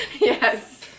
Yes